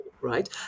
right